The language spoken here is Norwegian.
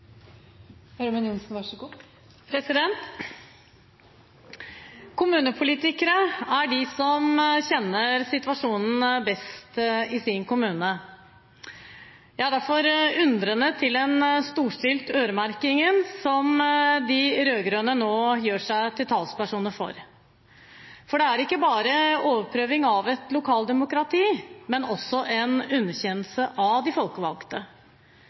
er de som kjenner situasjonen best i sin kommune. Jeg er derfor undrende til den storstilte øremerkingen som de rød-grønne nå gjør seg til talspersoner for. Det er ikke bare overprøving av et lokaldemokrati, men også en underkjennelse av de folkevalgte.